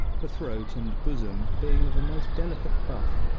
the throat and bosom being of a most delicate buff,